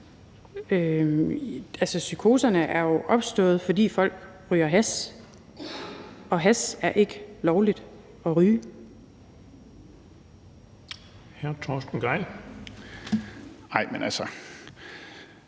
psykoserne er jo opstået, fordi folk ryger hash, og hash er ikke lovligt at ryge.